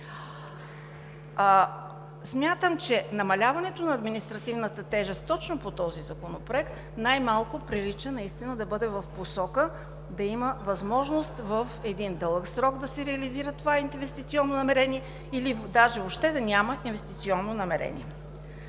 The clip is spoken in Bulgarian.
Смятам, че намаляването на административната тежест точно по този законопроект най-малко прилича наистина да бъде в посока да има възможност в един дълъг срок да се реализира това инвестиционно намерение или даже въобще да няма инвестиционно намерение.